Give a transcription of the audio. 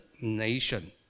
nation